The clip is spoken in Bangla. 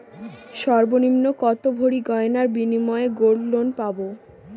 সর্বনিম্ন কত ভরি গয়নার বিনিময়ে গোল্ড লোন পাব?